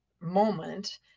moment